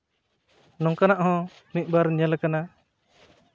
ᱱᱚᱝᱠᱟᱱᱟᱜ ᱦᱚᱸ ᱢᱤᱫᱵᱟᱨ ᱧᱮᱞ ᱟᱠᱟᱱᱟ